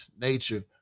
nature